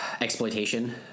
exploitation